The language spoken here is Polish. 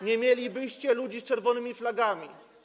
Nie mielibyście ludzi z czerwonymi flagami.